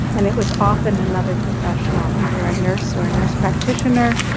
and it was often another professional, either a nurse or a nurse practitioner,